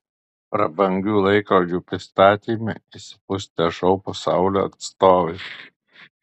prabangių laikrodžių pristatyme išsipustę šou pasaulio atstovai